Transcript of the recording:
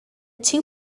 two